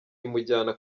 imujyana